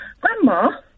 Grandma